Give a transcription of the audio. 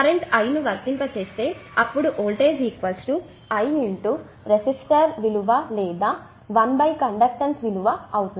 current I ను వర్తింపజేస్తే అప్పుడు వోల్టేజ్ Iరెసిస్టర్ విలువ లేదా I కండక్టెన్స్ విలువ అవుతుంది